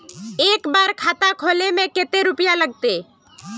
एक बार खाता खोले में कते रुपया लगते?